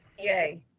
yay.